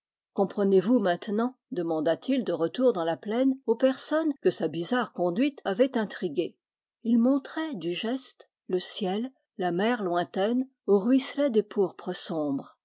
comprenez-vous maintenant demanda-t-il de retour dans la plaine aux personnes que sa bizarre conduite avait intriguées il montrait du geste le ciel la mer lointaine où ruisse laient des pourpres sombres